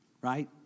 Right